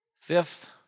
Fifth